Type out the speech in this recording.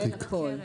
כולל הקרן.